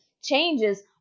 changes